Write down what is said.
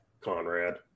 Conrad